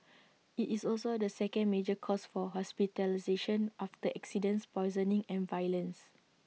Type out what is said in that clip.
IT is also the second major cause for hospitalisation after accidents poisoning and violence